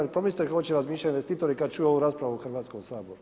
Jer pomislite kako će razmišljati investitori kad čuju ovu raspravu u Hrvatskom saboru.